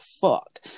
Fuck